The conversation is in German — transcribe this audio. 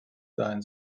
sein